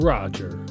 Roger